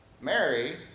Mary